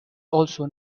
also